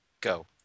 go